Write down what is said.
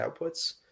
outputs